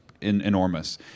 enormous